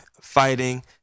Fighting